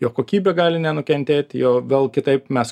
jo kokybė gali nenukentėt jo vėl kitaip mes